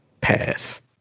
pass